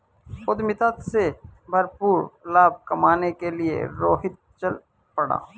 उद्यमिता से भरपूर लाभ कमाने के लिए रोहित चल पड़ा